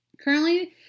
Currently